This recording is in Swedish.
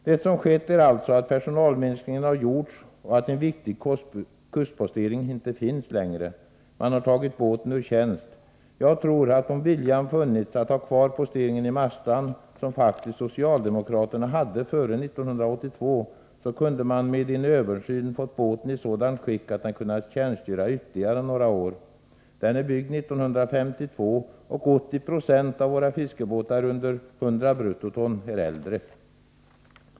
Det som skett är alltså att personalminskningar har gjorts och att en viktig kustpostering inte finns längre. Man har tagit båten ur tjänst. Jag tror att om viljan funnits att ha kvar posteringen i Marstrand, som socialdemokraterna faktiskt hade före 1982, kunde man med en översyn fått båten i sådant skick att den kunnat tjänstgöra ytterligare några år. Den är byggd 1952, och 80 Zo av våra fiskebåtar under 100 bruttoton är äldre.